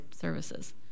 services